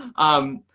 um,